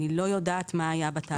אני לא יודעת מה היה בתהליך.